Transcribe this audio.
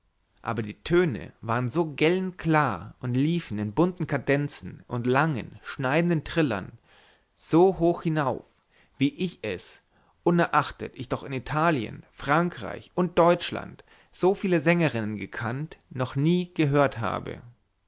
aber die töne waren so gellend klar und liefen in bunten kadenzen und langen schneidenden trillern so hoch hinauf wie ich es unerachtet ich doch in italien frankreich und deutschland so viel sängerinnen gekannt noch nie gehört habe